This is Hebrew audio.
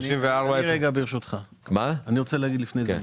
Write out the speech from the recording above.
אני רוצה להגיד לפני כן מילה.